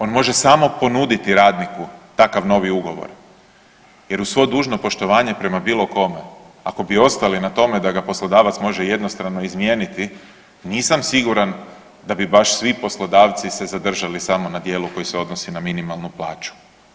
On može samo ponuditi radniku takav novi ugovor jer uz svo dužno poštovanje prema bilo kome, ako bi ostali na tome da ga poslodavac može jednostrano izmijeniti, nisam siguran da bi baš svi poslodavci se zadržali samo na dijelu koji se odnosi na minimalnu plaću.